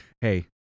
Hey